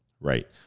Right